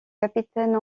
capitaine